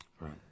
right